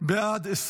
חוק